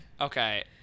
Okay